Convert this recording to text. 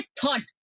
thought